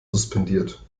suspendiert